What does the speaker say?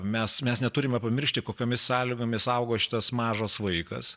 mes mes neturime pamiršti kokiomis sąlygomis augo šitas mažas vaikas